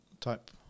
type